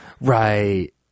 Right